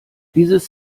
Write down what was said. dieses